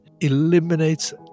eliminates